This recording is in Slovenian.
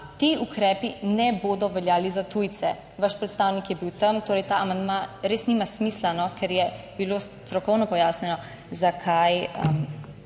ti ukrepi ne bodo veljali za tujce. Vaš predstavnik je bil tam. Torej ta amandma res nima smisla, ker je bilo strokovno pojasnjeno, zakaj